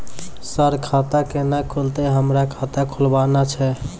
Sir खाता केना खुलतै, हमरा खाता खोलवाना छै?